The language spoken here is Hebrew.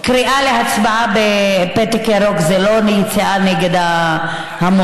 קריאה להצבעה בפתק ירוק זו לא יציאה נגד המועמד?